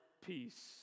peace